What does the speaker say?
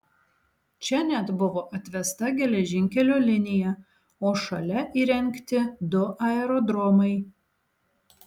čia net buvo atvesta geležinkelio linija o šalia įrengti du aerodromai